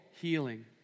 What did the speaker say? healing